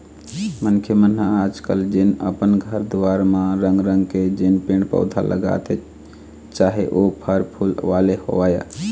मनखे मन ह आज कल जेन अपन घर दुवार म रंग रंग के जेन पेड़ पउधा लगाथे चाहे ओ फर फूल वाले होवय